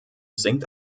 sinkt